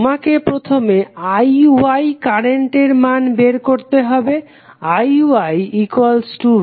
তোমাকে প্রথমে IY কারেন্টের মান বের করতে হবে IYV14j3